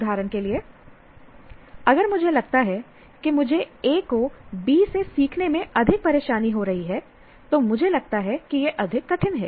उदाहरण के लिए अगर मुझे लगता है कि मुझे A को B से सीखने में अधिक परेशानी हो रही है तो मुझे लगता है कि यह अधिक कठिन है